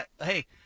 hey